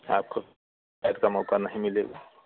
आपको ऐसा मौका नहीं मिलेगा